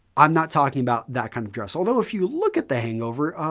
i'm not talking about that kind of dress, although if you look at the hangover,